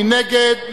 מי נגד?